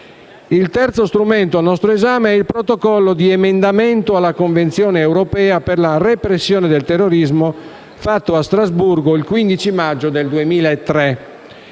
Il terzo strumento al nostro esame è il Protocollo di emendamento alla Convenzione europea per la repressione del terrorismo, fatto a Strasburgo il 15 maggio 2003.